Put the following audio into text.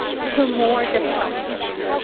the more difficult it will be.